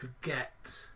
forget